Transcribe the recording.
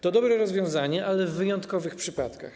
To dobre rozwiązanie, ale w wyjątkowych przypadkach.